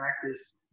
practice